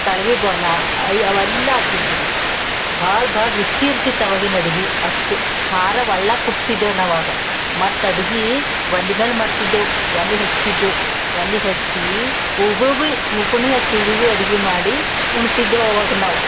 ಕಳವಿ ಬೋನ ಅಯ್ ಅವೆಲ್ಲ ಆಗಿ ಸಿಗ್ತಿದ್ವು ಭಾಳ ಭಾಳ ರುಚಿ ಇರ್ತಿತ್ತು ಆವಾಗಿನ ಅಡ್ಗೆ ಅಷ್ಟು ಖಾರ ಒಳ್ಳಾಗ ಕುಟ್ತಿದ್ದೇವು ನಾವವಾಗ ಮತ್ತು ಅಡ್ಗೆ ಒಲೆ ಮ್ಯಾಲೆ ಮಾಡ್ತಿದ್ದೇವು ಒಲೆ ಹಚ್ತಿದ್ದೇವು ಒಲೆ ಹಚ್ಚಿ ಊಬ ಭೀ ಫೂಕಣಿ ಹಚ್ಚಿ ಊಬ ಭೀ ಅಡ್ಗೆ ಮಾಡಿ ಉಣ್ತಿದ್ದೇವು ಅವಾಗ ನಾವು